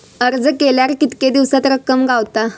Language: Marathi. अर्ज केल्यार कीतके दिवसात रक्कम गावता?